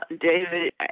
David